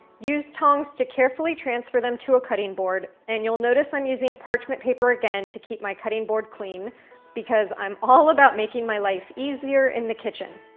use tongs to carefully transfer them to a cutting board. and you'll notice i'm using parchment paper again to keep my cutting board clean because i'm all about making my life easier in the kitchen.